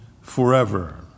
forever